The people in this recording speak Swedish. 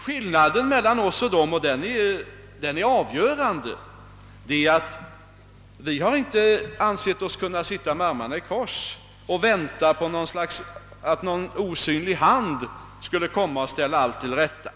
Skillnaden mellan oss socialdemokrater och <mittenpartiernas ledamöter — och den är avgörande — är att vi för vår del inte ansett oss kunna sitta med armarna i kors och vänta på att någon osynlig hand skulle ställa allt till rätta.